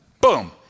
Boom